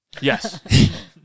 Yes